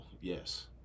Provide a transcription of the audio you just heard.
yes